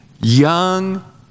young